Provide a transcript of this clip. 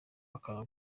akanga